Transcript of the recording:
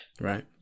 Right